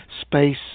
Space